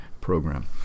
program